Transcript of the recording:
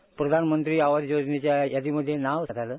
पंतप्रधान आवास योजनेच्या यादीमध्ये नाव झालं